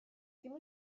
ddim